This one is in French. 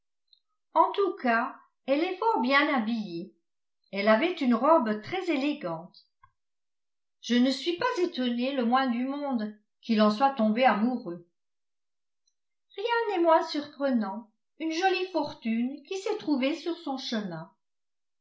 en tout cas elle est fort bien habillée elle avait une robe très élégante je ne suis pas étonnée le moins du monde qu'il en soit tombé amoureux rien n'est moins surprenant une jolie fortune qui s'est trouvée sur son chemin